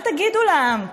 מה תגידו לעם?